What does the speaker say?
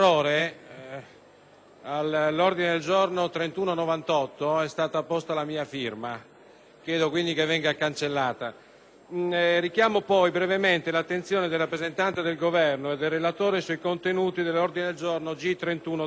all'ordine del giorno G3.198 sia stata posta la mia firma; chiedo quindi che venga cancellata. Inoltre richiamo brevemente l'attenzione del rappresentante del Governo e del relatore sui contenuti dell'ordine del giorno G3.130.